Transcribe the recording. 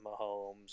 Mahomes